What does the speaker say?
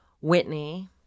Whitney